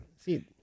See